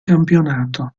campionato